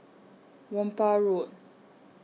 Whampoa Road